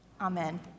Amen